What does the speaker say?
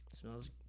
Smells